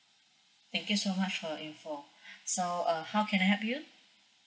thank you so much for your info so uh how can I help you